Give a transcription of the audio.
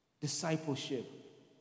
Discipleship